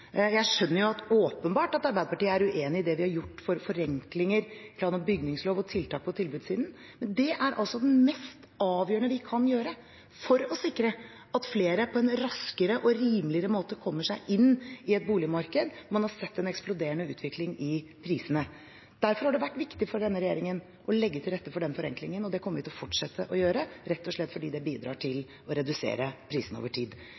Jeg skjønner jo at Arbeiderpartiet åpenbart er uenig i det vi har gjort for forenklinger i plan- og bygningsloven og tiltak på tilbudssiden, men det er altså det mest avgjørende vi kan gjøre for å sikre at flere på en raskere og rimeligere måte kommer seg inn i et boligmarked hvor man har sett en eksploderende utvikling i prisene. Derfor har det vært viktig for denne regjeringen å legge til rette for den forenklingen, og det kommer vi til å fortsette å gjøre, rett og slett fordi det bidrar til å redusere prisene over tid.